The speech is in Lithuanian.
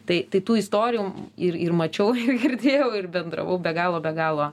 tai tai tų istorijų ir ir mačiau girdėjau ir bendravau be galo be galo